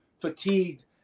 fatigued